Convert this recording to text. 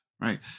right